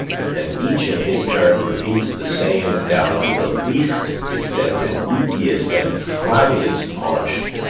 and each in his turn repeats the same down to the least distended, leakiest, and flabbiest paunched,